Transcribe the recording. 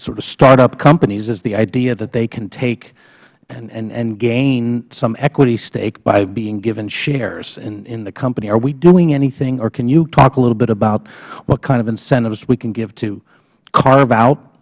sort of startup companies is the idea that they can take and gain some equity stake by being given shares in the company are we doing anything or can you talk a little bit about what kind of incentives we can give to carve out